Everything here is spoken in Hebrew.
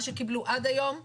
מה שקיבלו עד היום שלהם,